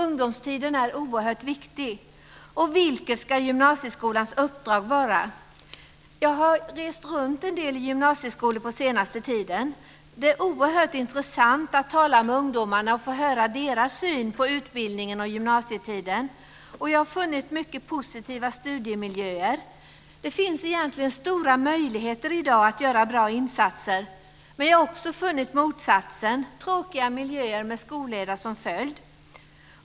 Ungdomstiden är oerhört viktig. Och vilket ska gymnasieskolans uppdrag vara? Jag har rest runt i en del gymnasieskolor på senaste tiden. Det är oerhört intressant att tala med ungdomarna och få höra deras syn på utbildningen och gymnasietiden. Jag har funnit mycket positiva studiemiljöer. Det finns egentligen stora möjligheter i dag att göra bra insatser. Men jag har också funnit motsatsen, tråkiga miljöer med skolleda som följd.